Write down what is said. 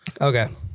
okay